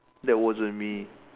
that wasn't me